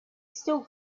still